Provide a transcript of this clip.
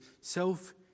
self